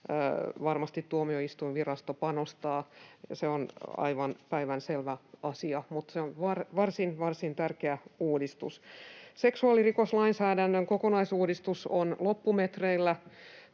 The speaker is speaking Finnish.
varmasti Tuomioistuinvirasto panostaa, se on aivan päivänselvä asia. Se on varsin, varsin tärkeä uudistus. Seksuaalirikoslainsäädännön kokonaisuudistus on loppumetreillä.